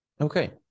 Okay